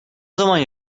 zaman